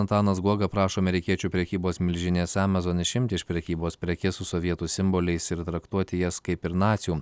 antanas guoga prašo amerikiečių prekybos milžinės amazon išimti iš prekybos prekes su sovietų simboliais ir traktuoti jas kaip ir nacių